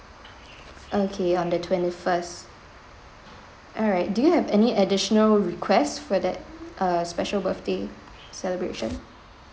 okay on the twenty first alright do you have any additional requests for that uh special birthday celebration